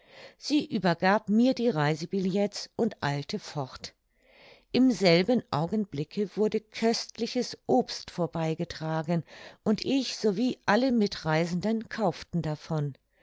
sie übergab mir die reisebillets und eilte fort im selben augenblicke wurde köstliches obst vorbei getragen und ich sowie alle mitreisenden kauften davon